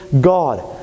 God